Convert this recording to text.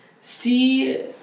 see